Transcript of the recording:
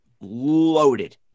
loaded